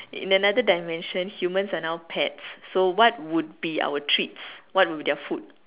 in another dimension humans are now pets so what would be our treats what would their food